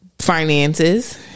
Finances